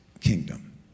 kingdom